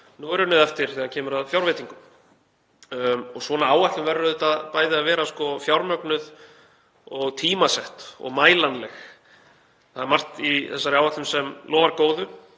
nú er unnið eftir þegar kemur að fjárveitingum. Svona áætlun verður auðvitað bæði að vera fjármögnuð og tímasett og mælanleg. Það er margt í þessari áætlun sem lofar góðu